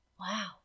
Wow